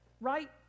right